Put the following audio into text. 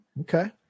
Okay